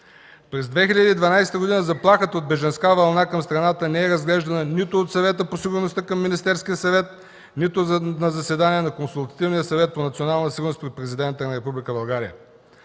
През 2012 г. заплахата от бежанска вълна към страната не е разглеждана нито от Съвета по сигурността към Министерския съвет, нито на заседание на Консултативния съвет по национална сигурност при Президента на Република България.